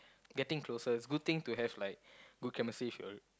getting closer it's good thing to have like good chemistry with your